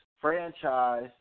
franchise